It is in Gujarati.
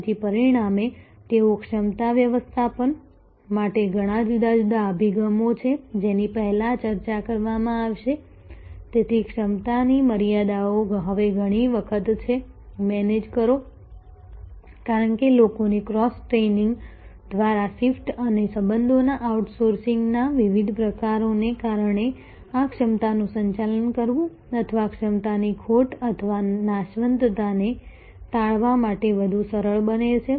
તેથી પરિણામે તેઓ ક્ષમતા વ્યવસ્થાપન માટે ઘણા જુદા જુદા અભિગમો છે જેની પહેલા ચર્ચા કરવામાં આવશે તેથી ક્ષમતાની મર્યાદાઓ હવે ઘણી વખત છે મેનેજ કરો કારણ કે લોકોની ક્રોસ ટ્રેઇનિંગ દ્વારા શિફ્ટ અને સંબંધોના આઉટસોર્સિંગ ના વિવિધ પ્રકારોને કારણે આ ક્ષમતાનું સંચાલન કરવું અથવા ક્ષમતાની ખોટ અથવા નાશવંતતાને ટાળવા માટે વધુ સરળ બને છે